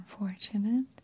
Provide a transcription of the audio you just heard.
unfortunate